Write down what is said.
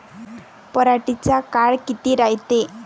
पराटीचा काळ किती रायते?